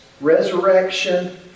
resurrection